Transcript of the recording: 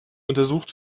untersucht